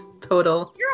total